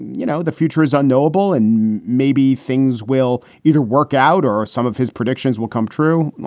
you know, the future is unknowable and maybe things will either work out or some of his predictions will come true.